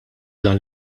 dan